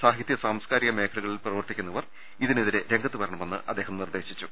സാഹിത്യ സാംസ്കാരിക മേഖലകളിൽ പ്രവർത്തിക്കുന്നവർ ഇതിനെതിരെ രംഗ ത്തുവരണമെന്ന് അദ്ദേഹം നിർദേശിച്ചു